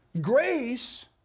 Grace